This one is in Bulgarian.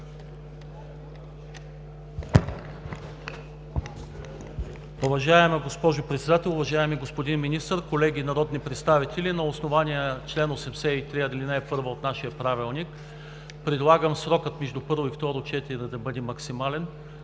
първо и второ четене да бъде максимален